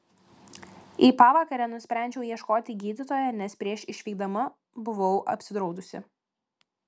į pavakarę nusprendžiau ieškoti gydytojo nes prieš išvykdama buvau apsidraudusi